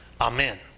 Amen